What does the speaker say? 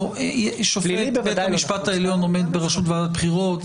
בית המשפט העליון עומד בראשות ועדת הבחירות,